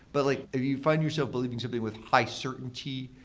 but like if you find yourself believing something with high certainty,